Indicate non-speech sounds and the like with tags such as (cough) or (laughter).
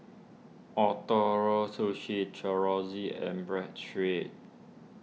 Ootoro Sushi (unintelligible) and bread street